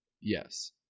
Yes